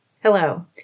Hello